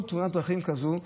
כל תאונת דרכים כזאת,